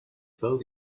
felt